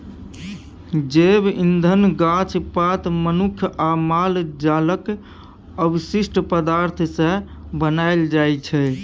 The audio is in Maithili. जैब इंधन गाछ पात, मनुख आ माल जालक अवशिष्ट पदार्थ सँ बनाएल जाइ छै